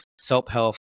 self-help